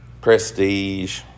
prestige